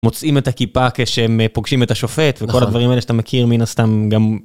מוצאים את הכיפה כשהם פוגשים את השופט וכל הדברים האלה שאתה מכיר מן הסתם גם.